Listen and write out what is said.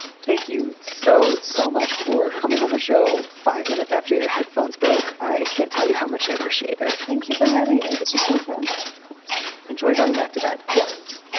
thank you so, so much for coming on the show. five minutes after your headphones broke. i can't tell you how much i appreciate it ah thank you for having me. this is so fun. of course. enjoy going back to bed. yes.